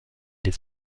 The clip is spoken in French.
les